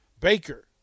Baker